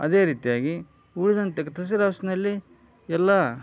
ಅದೇ ರೀತಿಯಾಗಿ ಉಳಿದಂತೆ ತಹಶೀಲ್ ಆಫೀಸ್ನಲ್ಲಿ ಎಲ್ಲ